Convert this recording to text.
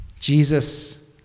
Jesus